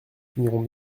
finirons